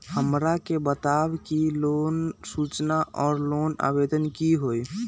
हमरा के बताव कि लोन सूचना और लोन आवेदन की होई?